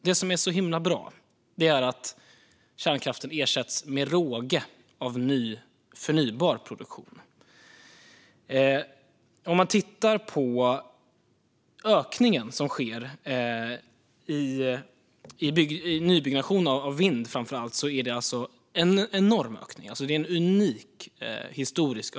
Det som är så himla bra är att kärnkraften med råge ersätts av produktion av förnybar energi. Ökningen som sker av nybyggnation av vindkraft är enorm. Den är historisk.